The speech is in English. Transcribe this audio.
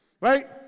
Right